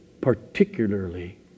particularly